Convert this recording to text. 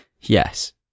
Yes